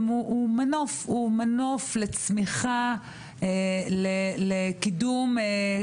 הוא מנוף לצמיחה, לקידום.